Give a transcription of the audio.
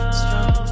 strong